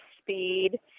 speed